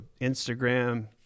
instagram